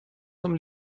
zum